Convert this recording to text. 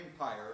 empire